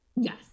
Yes